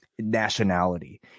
nationality